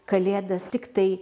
kalėdas tiktai